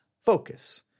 focus